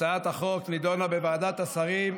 הצעת החוק נדונה בוועדת השרים,